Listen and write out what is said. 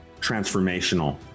transformational